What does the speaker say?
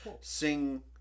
sing